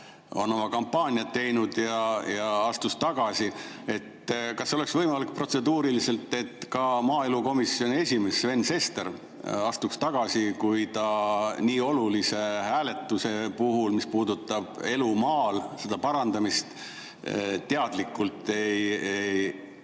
oma kampaaniat teinud, astus tagasi. Kas oleks protseduuriliselt võimalik, et ka maaelukomisjoni esimees Sven Sester astuks tagasi, kui ta nii olulise hääletuse puhul, mis puudutab elu maal, selle parandamist, teadlikult ei